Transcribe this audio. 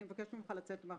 אני מבקשת ממך לצאת מהחדר.